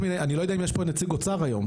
אני לא יודע אם יש פה נציג של האוצר היום,